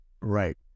Right